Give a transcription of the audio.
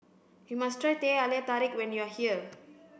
you must try Teh Halia Tarik when you are here